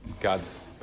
God's